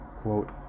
Quote